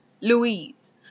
Louise